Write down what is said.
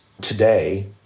today